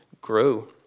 grow